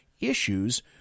issues